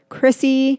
Chrissy